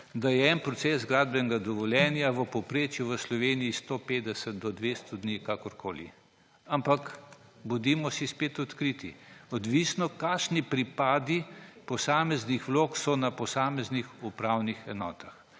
da je en proces gradbenega dovoljenja v povprečju v Sloveniji 150 do 200 dni, karkoli. Ampak bodimo spet odkriti, odvisno je tudi od tega, kakšni pripadi posameznih vlog so na posameznih upravnih enotah.